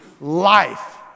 life